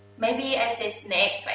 maybe, i say, snake.